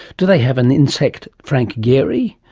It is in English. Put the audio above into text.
do they have an insect frank gehry,